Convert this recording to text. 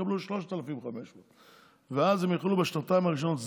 יקבלו 3,500. ואז הם יוכלו בשנתיים האחרונות,